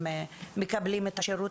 1-5,